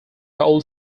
old